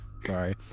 Sorry